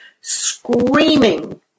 screaming